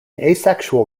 asexual